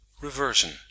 REVERSION